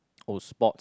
oh sports